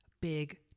big